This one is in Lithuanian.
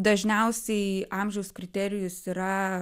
dažniausiai amžiaus kriterijus yra